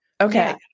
Okay